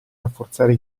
rafforzare